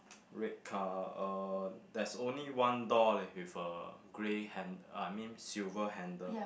red car uh there's only one door leh with a grey hand~ I mean silver handle